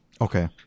Okay